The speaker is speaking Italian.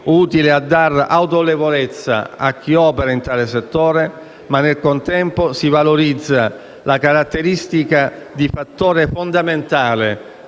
utile a dar autorevolezza a chi opera in tale settore e, nel contempo, si valorizza la caratteristica di fattore fondamentale